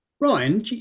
Ryan